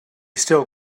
still